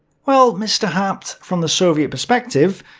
well mr haupt, from the soviet perspective,